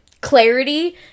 clarity